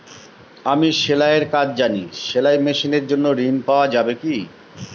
আমি সেলাই এর কাজ জানি সেলাই মেশিনের জন্য ঋণ পাওয়া যাবে কি?